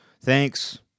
Thanks